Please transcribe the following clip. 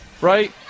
right